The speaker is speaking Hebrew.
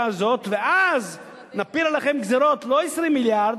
הזאת ואז נפיל עליכם גזירות לא של 20 מיליארד,